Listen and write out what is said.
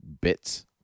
bits